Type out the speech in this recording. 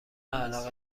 علاقه